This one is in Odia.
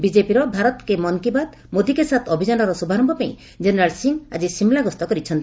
ବିଜେପିର ଭାରତ କେ ମନ୍ କି ବାତ୍ ମୋଦି କେ ସାଥ ଅଭିଯାନର ଶୁଭାରୟ ପାଇଁ ଜେନେରାଲ ସିଂ ଆଜି ସିମ୍ଲା ଗସ୍ତ କରିଛନ୍ତି